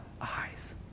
eyes